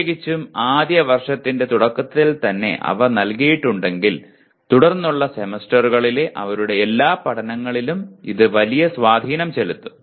പ്രത്യേകിച്ചും ആദ്യ വർഷത്തിന്റെ തുടക്കത്തിൽ തന്നെ അവ നൽകിയിട്ടുണ്ടെങ്കിൽ തുടർന്നുള്ള സെമസ്റ്ററുകളിലെ അവരുടെ എല്ലാ പഠനങ്ങളിലും ഇത് വലിയ സ്വാധീനം ചെലുത്തും